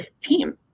team